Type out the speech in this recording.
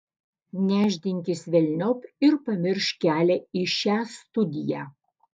nešdinkis velniop ir pamiršk kelią į šią studiją